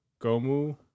Gomu